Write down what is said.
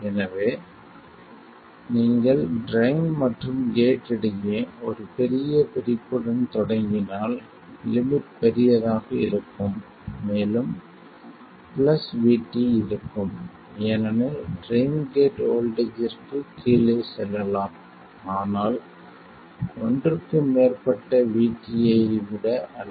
எனவே நீங்கள் ட்ரைன் மற்றும் கேட் இடையே ஒரு பெரிய பிரிப்புடன் தொடங்கினால் லிமிட் பெரியதாக இருக்கும் மேலும் பிளஸ் VT இருக்கும் ஏனெனில் ட்ரைன் கேட் வோல்ட்டேஜ்ற்கு கீழே செல்லலாம் ஆனால் ஒன்றுக்கு மேற்பட்ட VT ஐ விட அல்ல